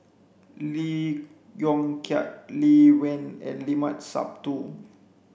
Lee Yong Kiat Lee Wen and Limat Sabtu